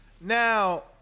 Now